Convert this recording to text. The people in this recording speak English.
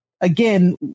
again